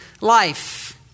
life